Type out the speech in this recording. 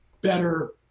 better